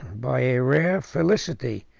by a rare felicity,